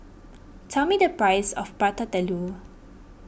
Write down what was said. tell me the price of Prata Telur